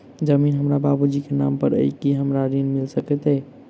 जमीन हमरा बाबूजी केँ नाम पर अई की हमरा ऋण मिल सकैत अई?